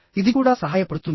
ఇది కూడా సహాయపడుతుంది